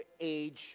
age